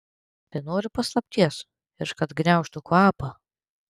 tai nori paslapties ir kad gniaužtų kvapą